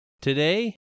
today